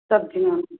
ਸਬਜ਼ੀਆਂ